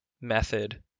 method